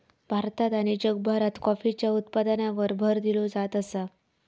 भारतात आणि जगभरात कॉफीच्या उत्पादनावर भर दिलो जात आसा